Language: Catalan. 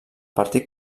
partit